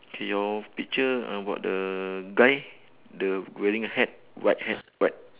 K your picture about the guy the wearing a hat white hat white